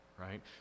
right